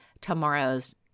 tomorrow's